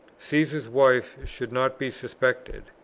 caesar's wife should not be suspected,